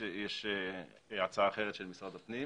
יש הצעה אחרת של משרד הפנים.